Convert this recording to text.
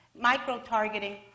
micro-targeting